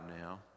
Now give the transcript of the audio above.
now